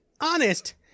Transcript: Honest